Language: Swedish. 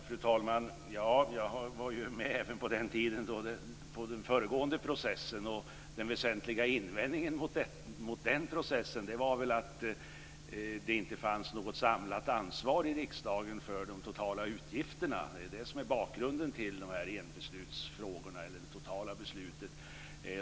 Fru talman! Ja, jag var med även under den föregående processens tid. Den väsentliga invändningen mot den processen var väl att det inte fanns något samlat ansvar i riksdagen för de totala utgifterna. Det är bakgrunden till helhetsbesluten.